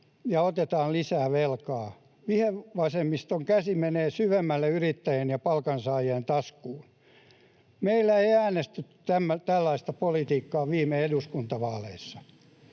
ja otetaan lisää velkaa. Vihervasemmiston käsi menee syvemmälle yrittäjien ja palkansaajien taskuun. Meillä ei äänestetty tällaista politiikkaa viime eduskuntavaaleissa.